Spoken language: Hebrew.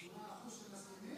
8% שמסכימים?